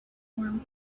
warm